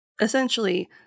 Essentially